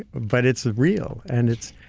but it's real, and it's.